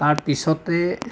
তাৰ পিছতে